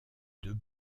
deux